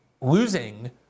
losing